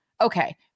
okay